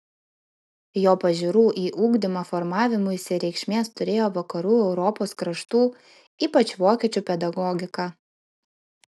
jo pažiūrų į ugdymą formavimuisi reikšmės turėjo vakarų europos kraštų ypač vokiečių pedagogika